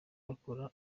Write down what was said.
bakora